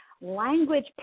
language